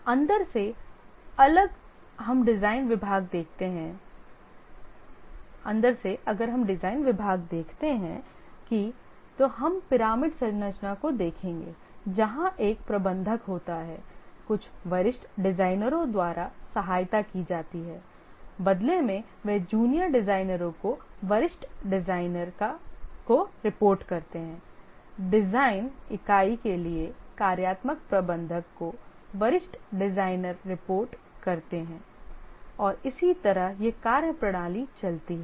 अंदर से अगर हम डिजाइन विभाग देखते हैं कि तो हम पिरामिड संरचना को देखेंगे जहां एक प्रबंधक होता है कुछ वरिष्ठ डिजाइनरों द्वारा सहायता की जाती है बदले में वे जूनियर डिजाइनरों को वरिष्ठ डिजाइनर को रिपोर्ट करते हैं डिजाइन इकाई के लिए कार्यात्मक प्रबंधक को वरिष्ठ डिजाइनर रिपोर्ट करते हैं और इसी तरह यह कार्य प्रणाली चलती है